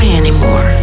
anymore